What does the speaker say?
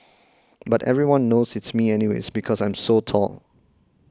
but everyone knows it's me anyways because I'm so tall